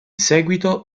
seguito